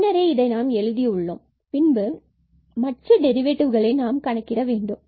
முன்னரே இதை நாம் எழுதி உள்ளோம் மற்றும் பின்பு மற்ற டெரிவேட்டிவ்களை நாம் கணக்கிட வேண்டும்